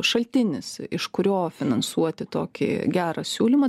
šaltinis iš kurio finansuoti tokį gerą siūlymą